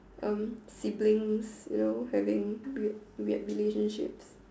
um siblings you know having weird weird relationships